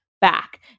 back